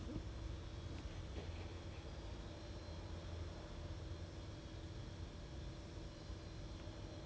no no not much problems because it it was actually very for us lah it was very easy because 我知道有几个人过来 mah